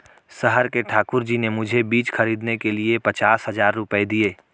शहर के ठाकुर जी ने मुझे बीज खरीदने के लिए पचास हज़ार रूपये दिए